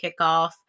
kickoff